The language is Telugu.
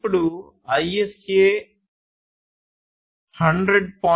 ఇప్పుడు ISA 100